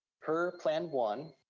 per plan one,